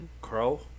Crow